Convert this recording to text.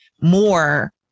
more